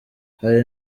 hari